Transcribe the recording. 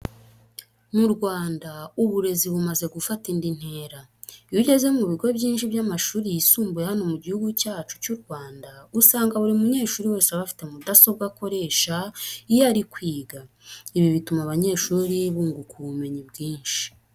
Mu Rwanda uburezi bumaze gufata indi ntera. Iyo ugeze mu bigo byinshi by'amashuri yisumbuye hano mu Gihugu cyacu cy'u Rwanda, usanga buri munyeshuri wese aba afite mudasobwa akoresha iyo ari kwiga. Ibi bituma abanyeshuri bunguka ubumenyi bwinshi.